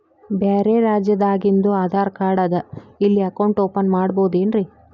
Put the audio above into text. ಬ್ಯಾರೆ ರಾಜ್ಯಾದಾಗಿಂದು ಆಧಾರ್ ಕಾರ್ಡ್ ಅದಾ ಇಲ್ಲಿ ಅಕೌಂಟ್ ಓಪನ್ ಮಾಡಬೋದೇನ್ರಿ?